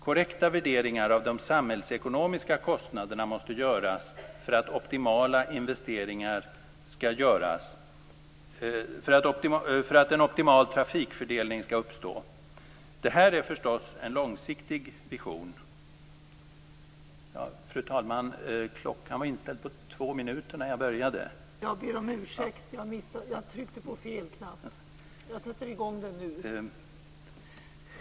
Korrekta värderingar av de samhällsekonomiska kostnaderna måste ske för att optimala investeringar skall kunna göras och en optimal trafikfördelning uppstå. Det här är förstås en långsiktig vision.